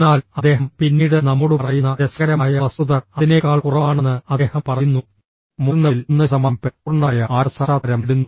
എന്നാൽ അദ്ദേഹം പിന്നീട് നമ്മോട് പറയുന്ന രസകരമായ വസ്തുത അതിനേക്കാൾ കുറവാണെന്ന് അദ്ദേഹം പറയുന്നു മുതിർന്നവരിൽ 1 ശതമാനം പേർ പൂർണ്ണമായ ആത്മസാക്ഷാത്കാരം നേടുന്നു